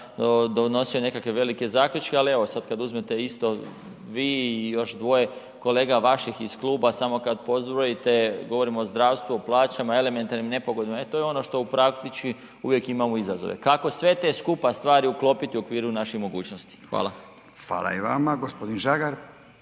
donosio nekakve velike zaključke, ali evo sad kad uzmete isto vi i još dvoje kolega vaših iz kluba samo kad pozbrojite, govorimo o zdravstvu, o plaćama, elementarnim nepogodama, e to je ono što u praktički uvijek imamo izazove, kako sve te skupa stvari uklopit u okviru naših mogućnosti. Hvala. **Radin, Furio